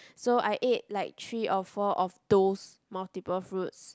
so I ate like three or four of those multiple fruits